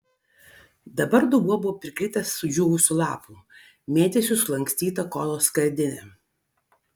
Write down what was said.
dabar dubuo buvo prikritęs sudžiūvusių lapų mėtėsi sulankstyta kolos skardinė